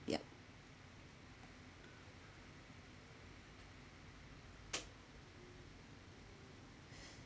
yup